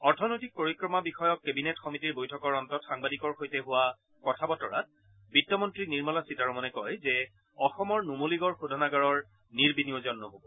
অৰ্থনৈতিক পৰিক্ৰমা বিষয়ক কেবিনেট সমিতিৰ বৈঠকৰ অন্তত সাংবাদিকৰ সৈতে হোৱা কথা বতৰাত বিত্ত মন্ত্ৰী নিৰ্মলা সীতাৰমনে কয় যে অসমৰ নুমলীগড় শোধনাগাৰৰ নিৰ্বিয়োজন নহব